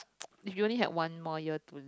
if you only had one more year to